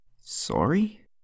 Sorry